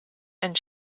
and